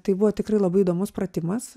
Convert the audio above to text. tai buvo tikrai labai įdomus pratimas